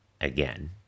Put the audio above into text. again